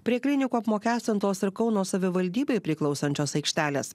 prie klinikų apmokestintos ir kauno savivaldybei priklausančios aikštelės